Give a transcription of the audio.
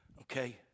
Okay